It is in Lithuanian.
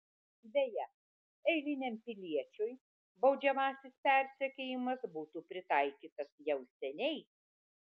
beje eiliniam piliečiui baudžiamasis persekiojimas būtų pritaikytas jau seniai